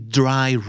dry